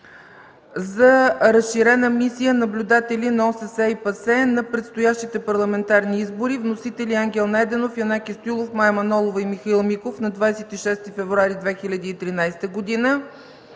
за разширена мисия наблюдатели на ОССЕ и ПАСЕ на предстоящите парламентарни избори, внесен от Ангел Найденов, Янаки Стоилов, Мая Манолова и Михаил Миков на 26 февруари 2013 г.,